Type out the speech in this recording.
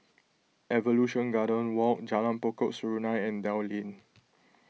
Evolution Garden Walk Jalan Pokok Serunai and Dell Lane